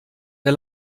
der